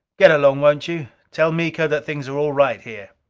get along, won't you? tell miko that things are all right here.